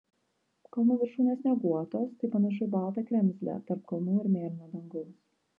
kalnų viršūnės snieguotos tai panašu į baltą kremzlę tarp kalnų ir mėlyno dangaus